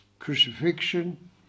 Crucifixion